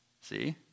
See